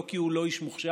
לא כי הוא לא איש מוכשר,